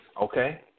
Okay